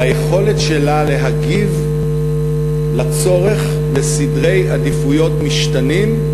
ביכולת שלה להגיב לצורך, לסדרי עדיפויות משתנים,